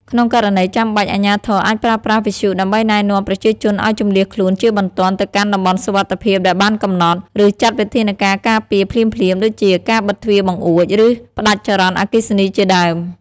ក្នុងករណីចាំបាច់ អាជ្ញាធរអាចប្រើប្រាស់វិទ្យុដើម្បីណែនាំប្រជាជនឱ្យជម្លៀសខ្លួនជាបន្ទាន់ទៅកាន់តំបន់សុវត្ថិភាពដែលបានកំណត់ ឬចាត់វិធានការការពារភ្លាមៗ ដូចជាការបិទទ្វារបង្អួច ការផ្តាច់ចរន្តអគ្គិសនីជាដើម។